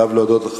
אומר